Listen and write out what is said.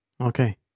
Okay